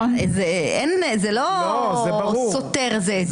זה לא סותר זה את זה.